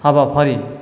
हाबाफारि